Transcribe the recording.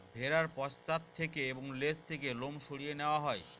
ভেড়ার পশ্চাৎ থেকে এবং লেজ থেকে লোম সরিয়ে নেওয়া হয়